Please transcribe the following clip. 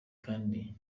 kandi